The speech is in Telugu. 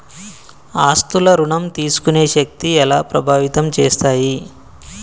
ఆస్తుల ఋణం తీసుకునే శక్తి ఎలా ప్రభావితం చేస్తాయి?